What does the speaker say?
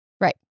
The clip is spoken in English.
Right